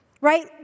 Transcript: right